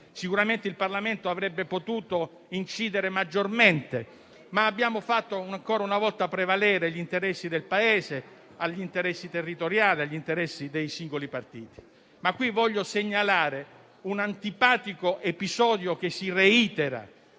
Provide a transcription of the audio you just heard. sicuramente il Parlamento avrebbe potuto incidere maggiormente, ma abbiamo fatto ancora una volta prevalere gli interessi del Paese a quelli territoriali e dei singoli partiti. In questa sede desidero, però, segnalare un antipatico episodio che si reitera